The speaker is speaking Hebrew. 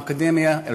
מהאקדמיה,